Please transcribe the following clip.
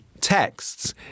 texts